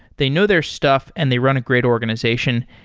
they know their stuff and they run a great organization.